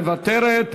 מוותרת,